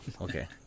Okay